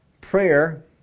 Prayer